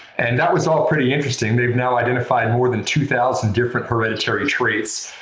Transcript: and that was all pretty interesting. they've now identified more than two thousand different hereditary traits.